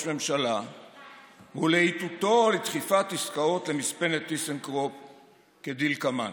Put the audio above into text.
ממשלה ולאיתותו לדחיפת עסקאות למספנת טיסנקרופ כדלקמן: